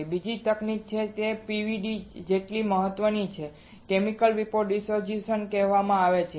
અને બીજી તકનીક જે PVD જેટલી મહત્વની છે તેને કેમિકલ વેપોર ડીપોઝીશન કહેવાય છે